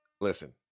listen